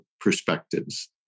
perspectives